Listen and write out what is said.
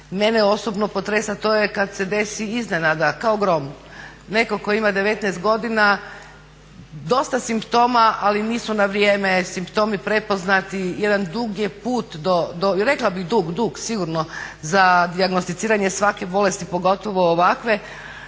mene osobno potresa, to je kad se desi iznenada, kao grom. Netko tko ima 19 godina dosta simptoma, ali nisu na vrijeme simptomi prepoznati, jedan dug je put, rekla bih dug sigurno za dijagnosticiranje svake bolesti pogotovo ovakve,